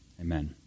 Amen